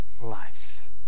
life